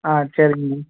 ஆ சரிங்க மேம்